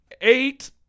Eight